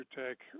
take